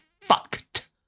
fucked